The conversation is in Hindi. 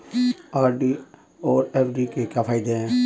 आर.डी और एफ.डी के क्या फायदे हैं?